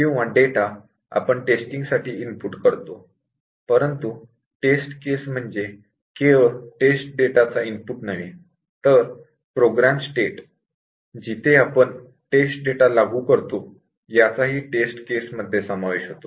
आपण टेस्टिंग साठी test data input करतो परंतु टेस्ट केस म्हणजे केवळ टेस्ट डेटा चा इनपुट नव्हे तर प्रोग्राम स्टेट जिथे आपण टेस्ट डेटा लागू करतो याचाही टेस्ट केस मध्ये समावेश असतो